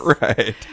Right